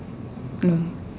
no